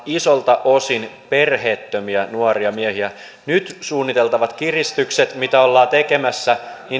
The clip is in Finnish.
isolta osin perheettömiä nuoria miehiä nyt suunniteltavat kiristykset mitä ollaan tekemässä